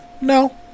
no